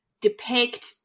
depict